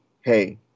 hey